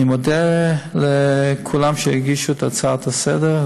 אני מודה לכל מי שהגישו את ההצעה לסדר-היום.